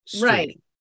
Right